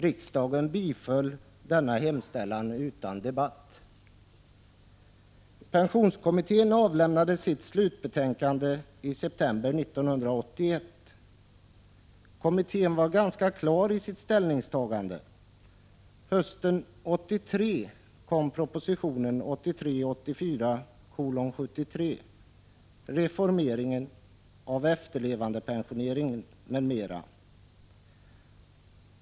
Riksdagen biföll denna hemställan utan debatt. Pensionskommittén avlämnade sitt slutbetänkande i september 1981. Kommittén var ganska klar i sitt ställningstagande. Hösten 1983 kom propositionen 1983/84:73 Reformering av efterlevandepensioneringen m.m.